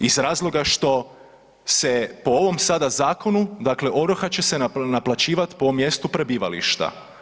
Iz razloga što se po ovom sada zakonu, dakle ovrha će se naplaćivati po mjestu prebivališta.